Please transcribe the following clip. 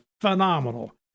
phenomenal